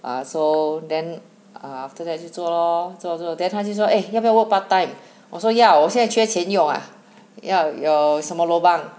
ah so then ah after that 就做咯做做 then 他就说诶要不要 work part time 我说要我现在缺钱用啊要有什么 lobang